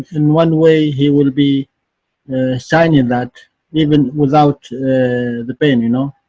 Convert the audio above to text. in one way he will be signing that even without the pen, you know?